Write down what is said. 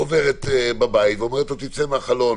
עוברת בבית ואומרת לו: תעמוד בחלון